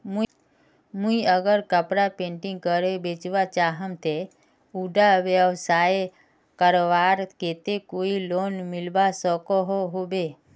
मुई अगर कपड़ा पेंटिंग करे बेचवा चाहम ते उडा व्यवसाय करवार केते कोई लोन मिलवा सकोहो होबे?